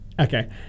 Okay